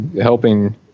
helping